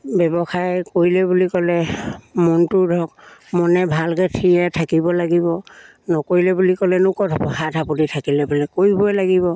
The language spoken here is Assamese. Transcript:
ব্যৱসায় কৰিলে বুলি ক'লে মনটো ধৰক মনে ভালকৈ থিৰে থাকিব লাগিব নকৰিলে বুলি ক'লেনো ক'ত হ'ব হাত সাবটি থাকিলে বোলে কৰিবই লাগিব